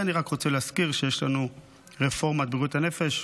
אני רק רוצה להזכיר שיש לנו את רפורמת בריאות הנפש,